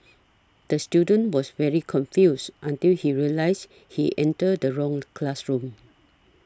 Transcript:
the student was very confused until he realised he entered the wrong classroom